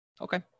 Okay